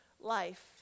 life